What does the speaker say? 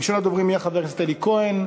ראשון הדוברים יהיה חבר הכנסת אלי כהן,